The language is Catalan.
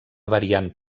variant